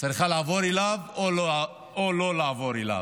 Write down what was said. צריכה לעבור אליו או לא לעבור אליו.